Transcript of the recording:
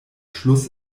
schluss